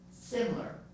similar